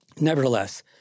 nevertheless